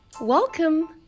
Welcome